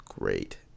Great